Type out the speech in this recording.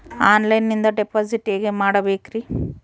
ಆನ್ಲೈನಿಂದ ಡಿಪಾಸಿಟ್ ಹೇಗೆ ಮಾಡಬೇಕ್ರಿ?